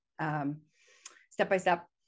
step-by-step